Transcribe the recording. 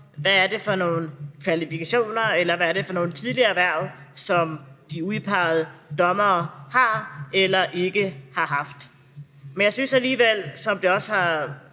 hvad det er for nogle tidligere hverv, som de udpegede dommere har eller ikke har haft. Men jeg synes alligevel, som det også har